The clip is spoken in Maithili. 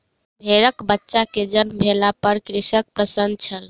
भेड़कबच्चा के जन्म भेला पर कृषक प्रसन्न छल